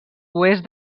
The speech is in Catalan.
oest